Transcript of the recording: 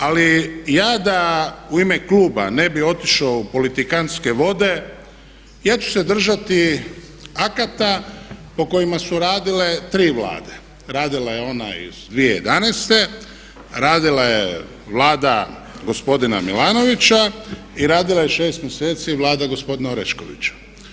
Ali ja da u ime kluba ne bi otišao u politikantske vode, ja ću se držati akata po kojima su radile tri Vlade, radila je ona iz 2011., radila je Vlada gospodina Milanovića i radila je 6 mjeseci Vlada gospodina Oreškovića.